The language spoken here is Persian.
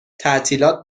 تعطیلات